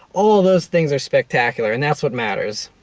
all of those things are spectacular, and that's what matters.